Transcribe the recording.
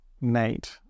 Nate